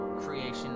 creation